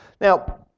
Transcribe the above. Now